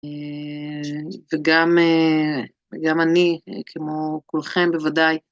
וגם אני, כמו כולכם בוודאי.